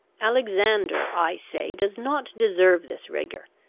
alexander, i say, does not deserve this rigour.